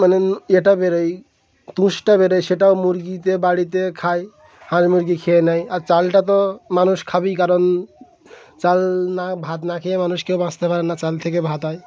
মানে এটা বেরোয় তুষটা বেরোয় সেটাও মুরগিতে বাড়িতে খায় হাঁস মুরগি খেয়ে নেয় আর চালটা তো মানুষ খাবে কারণ চাল না ভাত না খেয়ে মানুষ কেউ বাঁচতে পারেন না চাল থেকে ভাত হয়